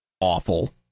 awful